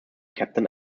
captain